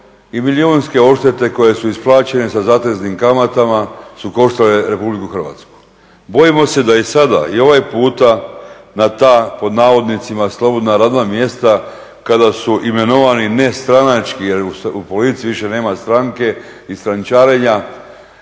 i milijunske odštete koje su isplaćene sa zateznim kamatama su koštale Republiku Hrvatsku. Bojimo se da je i sada i ovaj puta na ta pod navodnicima "slobodna" radna mjesta kada su imenovani ne stranački, jer u policiji više nema stranke i strančarenja